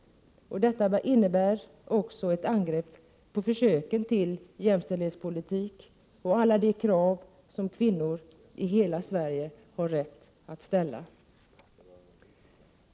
Detta innebär också ett angrepp på försöken till jämställdhetspolitik och alla de krav som kvinnor i hela Sverige har rätt att ställa.